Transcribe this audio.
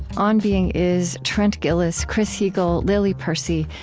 on being is trent gilliss, chris heagle lily percy,